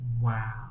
wow